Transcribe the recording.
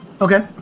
Okay